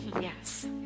Yes